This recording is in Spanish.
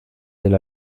del